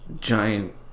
giant